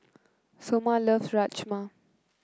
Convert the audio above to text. Sommer loves Rajma